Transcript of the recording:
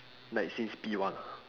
like since P one ah